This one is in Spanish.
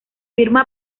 firma